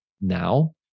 now